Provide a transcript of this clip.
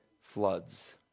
floods